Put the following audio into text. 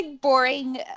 boring